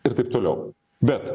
ir taip toliau bet